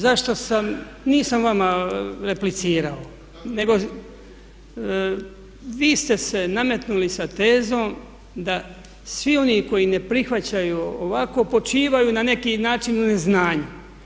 Zašto sam, nisam vam replicirao nego vi ste se nametnuli sa tezom da svi oni koji ne prihvaćaju ovako počivaju na neki način u neznanju.